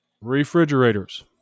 refrigerators